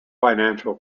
financial